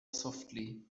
softly